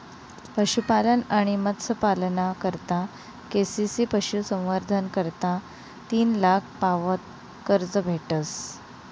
पशुपालन आणि मत्स्यपालना करता के.सी.सी पशुसंवर्धन करता तीन लाख पावत कर्ज भेटस